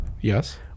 Yes